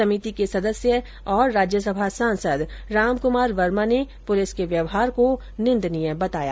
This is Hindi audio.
समिति के सदस्य तथा राज्यसभा सांसद रामकुमार वर्मा ने पुलिस के व्यवहार को निंदनीय बताया